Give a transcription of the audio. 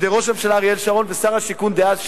על-ידי ראש הממשלה אריאל שרון ושר השיכון דאז,